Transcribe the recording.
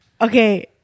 Okay